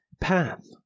path